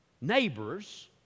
neighbors